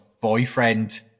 boyfriend